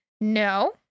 no